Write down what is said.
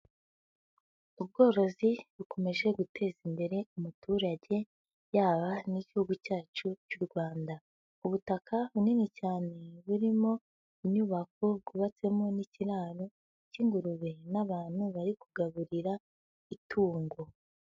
Ubworozi bukomeje guteza imbere umuturage, yaba n'igihugu cyacu cy'u Rwanda. Ubutaka bunini cyane burimo inyubako bwubatsemo n'ikiraro k'ingurube n'abantu bari kugaburira itungo.